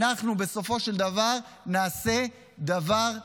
אנחנו בסופו של דבר נעשה דבר גדול.